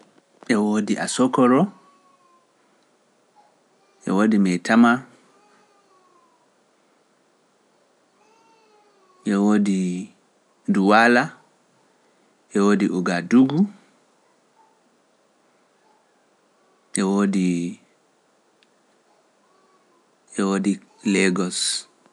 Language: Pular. E woodi Asokoro, e woodi Metemaa, e woodi Duwaala, e woodi Ugadugu, e woodi Legos.